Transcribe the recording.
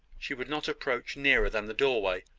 she would not approach nearer than the doorway,